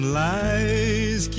lies